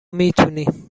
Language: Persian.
میتونی